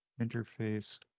interface